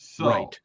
Right